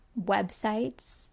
websites